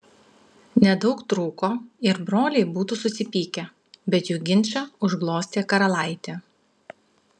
nedaug trūko ir broliai būtų susipykę bet jų ginčą užglostė karalaitė